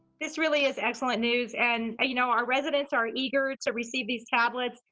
this really is excellent news. and you know our residents are eager to receive these tablets,